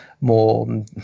more